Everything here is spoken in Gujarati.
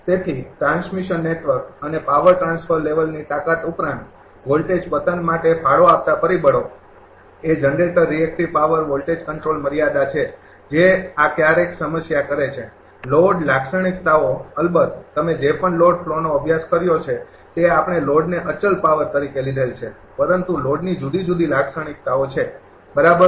તેથી ટ્રાન્સમિશન નેટવર્ક અને પાવર ટ્રાન્સફર લેવલની તાકાત ઉપરાંત વોલ્ટેજ પતન માટે ફાળો આપતા પરિબળો એ generator reactive power voltage control મર્યાદા છે જે આ ક્યારેક સમસ્યા કરે છે લોડ લાક્ષણિકતાઓ અલબત્ત તમે જે પણ લોડ ફ્લોનો અભ્યાસ કર્યો છે તે આપણે લોડને અચલ પાવર તરીકે લીધેલ છે પરંતુ લોડની જુદી જુદી લાક્ષણિકતાઓ છે બરાબર